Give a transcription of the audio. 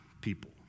people